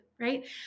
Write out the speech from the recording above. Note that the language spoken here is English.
right